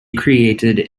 created